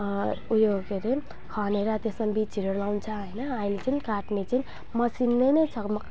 ऊ यो के अरे खनेर त्यसमा बिजहरू लगाउँछ होइन अहिले चाहिँ काट्ने चाहिँ मसिनले नै छ